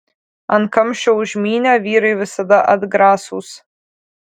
ant kamščio užmynę vyrai visada atgrasūs